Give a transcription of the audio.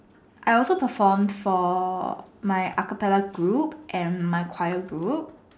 I also performed for my acapella group and my choir group